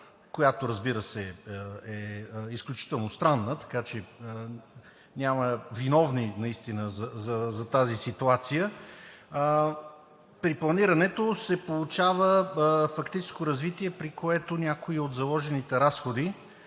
която, разбира се, е изключително странна, така че няма виновни наистина за тази ситуация, при планирането се получава фактическо развитие, при което някои от заложените разходи,